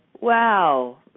Wow